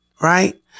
right